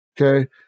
Okay